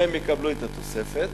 הם יקבלו את התוספת.